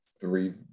three